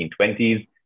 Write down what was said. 1920s